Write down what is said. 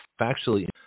factually